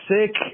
sick